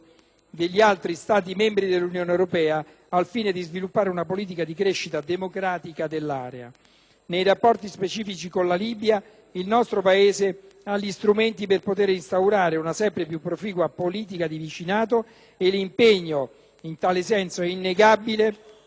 Nei rapporti specifici con la Libia, il nostro Paese ha gli strumenti per potere instaurare una sempre più proficua politica di vicinato, e l'impegno in tale senso è innegabilmente motivato anche dalle obbligazioni che derivano dall'eredità del passato coloniale.